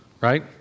right